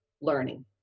Learning